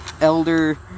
Elder